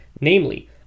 namely